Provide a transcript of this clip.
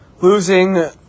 losing